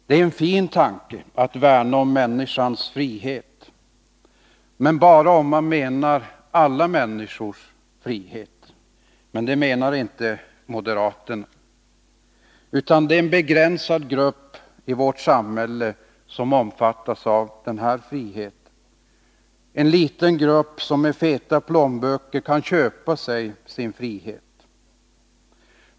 Det är en fin tanke att värna om människans frihet, men bara om man menar alla människors frihet. Men det menar inte moderaterna, utan det är en begränsad grupp i vårt samhälle som omfattas av den här friheten. Det är en liten grupp som med feta plånböcker kan köpa sig sin frihet.